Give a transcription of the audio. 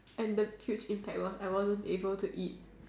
and the huge impact was I wasn't able to eat